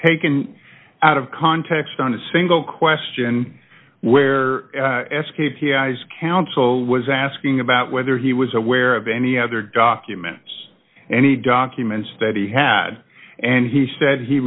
taken out of context on a single question where s k p i's counsel was asking about whether he was aware of any other documents any documents that he had and he said he